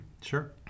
Sure